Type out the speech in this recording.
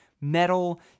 metal